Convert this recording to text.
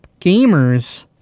gamers